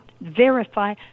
verify